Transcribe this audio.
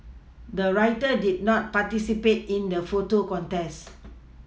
the writer did not participate in the photo contest